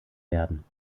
werden